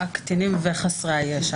הקטינים וחסרי הישע.